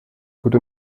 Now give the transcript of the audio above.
gute